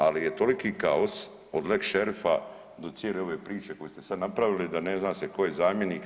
Ali je toliki kaos od „lex šerifa“ do cijele ove priče koju ste sada napravili, da ne zna se tko je zamjenik.